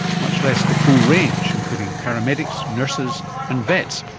much less the full range including paramedics, nurses and vets,